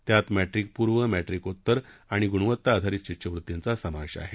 त्यात मॅट्रिकपूर्व मॅट्रिकोत्तर आणि गुणवत्ता आधारित शिष्यवृत्तींचा समावेश आहे